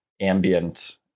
ambient